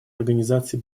организации